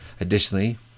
Additionally